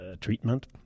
treatment